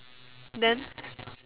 then